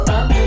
up